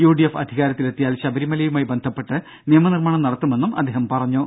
UDF അധികാരത്തിലെത്തിയാൽ ശബരിമലയുമായി ബന്ധപ്പെട്ട് നിയമനിർമാണം നടത്തുമെന്നും അദ്ദേഹം പറഞ്ഞു